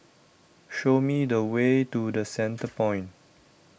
show me the way to the Centrepoint